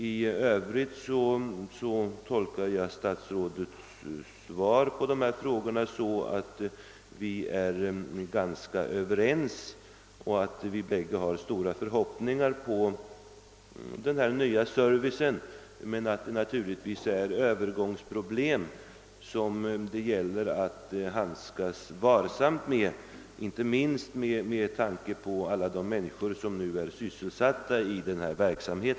I övrigt tolkar jag statsrådets svar på dessa frågor så, att statsrådet och jag är ganska eniga. Vi hyser båda stora förhoppningar på den nya servicen men är medvetna om att det kan bli övergångsproblem som det gäller att handskas varsamt med, inte minst med tanke på alla de människor som nu är sysselsatta i denna verksamhet.